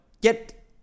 get